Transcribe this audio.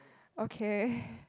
okay